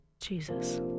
Jesus